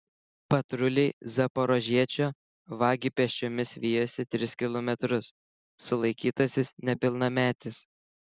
patruliai zaporožiečio vagį pėsčiomis vijosi tris kilometrus sulaikytasis nepilnametis